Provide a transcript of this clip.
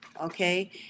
okay